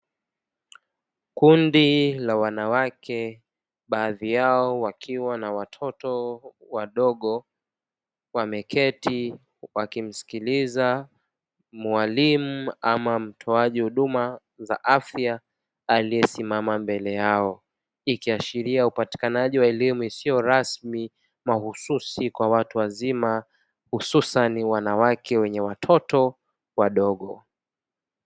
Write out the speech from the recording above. Kundi la wanawake baadhi yao wakiwa na watoto wadogo wameketi wakimsikiliza mwalimu ama mtoaji huduma za afya aliyesimama mbele yao, ikiashiria upatikanaji wa elimu isiyo rasmi mahususi kwa watu wazima hususani wanawake wenye watoto wadogo.